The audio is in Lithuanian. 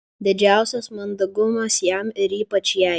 didžiausias mandagumas jam ir ypač jai